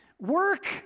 work